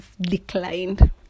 declined